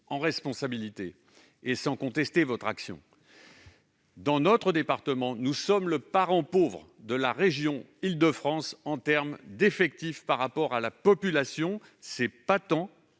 en responsabilité, sans contester votre action, que notre département est le parent pauvre de la région Île-de-France en termes d'effectifs rapportés à la population. C'est patent